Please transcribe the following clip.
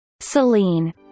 celine